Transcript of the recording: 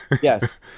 Yes